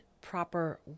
proper